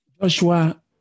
Joshua